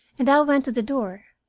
and i went to the door.